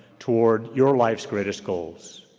toward your life's greatest goals,